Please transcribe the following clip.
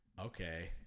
Okay